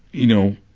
you know,